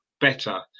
better